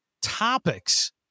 topics